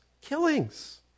killings